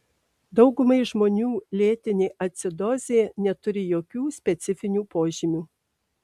daugumai žmonių lėtinė acidozė neturi jokių specifinių požymių